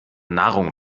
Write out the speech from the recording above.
nahrung